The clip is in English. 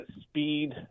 speed